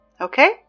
Okay